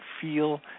feel